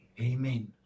Amen